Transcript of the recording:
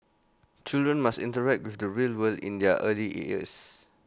children must interact with the real world in their early years